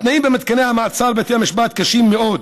התנאים במתקני המעצר בבתי המשפט קשים מאוד: